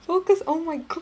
focus oh my god